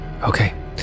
Okay